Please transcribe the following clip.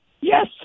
Yes